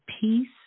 peace